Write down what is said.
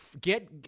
Get